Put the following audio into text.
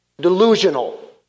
Delusional